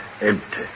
empty